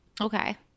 Okay